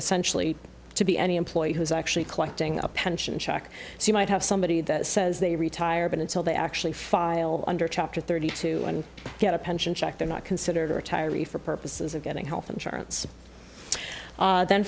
essentially to be any employee who's actually collecting a pension check so you might have somebody that says they retire but until they actually file under chapter thirty two and get a pension check they're not considered or tired for purposes of getting health insurance then